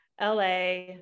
LA